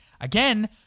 Again